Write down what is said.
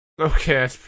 Okay